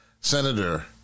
Senator